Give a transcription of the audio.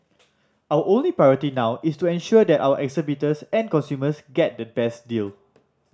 our only priority now is to ensure that our exhibitors and consumers get the best deal